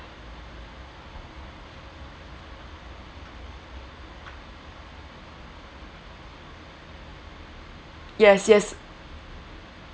yes yes